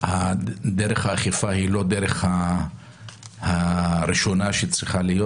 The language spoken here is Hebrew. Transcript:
שדרך האכיפה היא לא הדרך הראשונה שצריכה להיות.